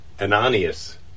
Ananias